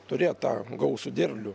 turėt tą gausų derlių